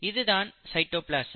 இது தான் சைட்டோபிளாசம்